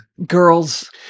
Girls